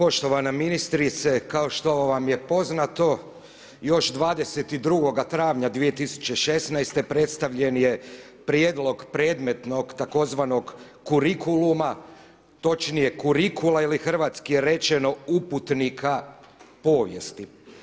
Poštovana ministrice, kao što vam je poznato, još 22. travnja 2016. predstavljen je prijedlog predmetnog tzv. kurikuluma, točnije kurikula ili hrvatski rečeno uputnika povijesti.